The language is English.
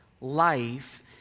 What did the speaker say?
life